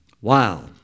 Wow